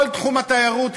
כל תחום התיירות,